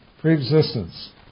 Pre-existence